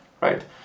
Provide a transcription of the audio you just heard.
right